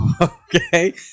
Okay